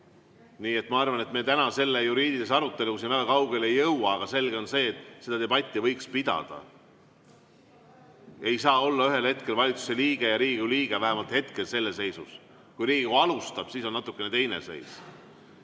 Nii et ma arvan, et me täna selle juriidilise aruteluga siin väga kaugele ei jõua. Aga selge on see, et seda debatti võiks pidada. Ei saa olla ühel hetkel valitsuse liige ja Riigikogu liige, vähemalt hetkel selles seisus. Kui Riigikogu alustab, siis on natukene teine seis